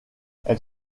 elle